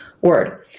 word